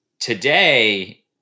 Today